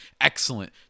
excellent